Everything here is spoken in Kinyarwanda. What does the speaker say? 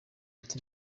ati